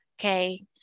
okay